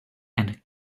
and